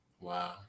Wow